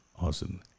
Awesome